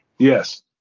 Yes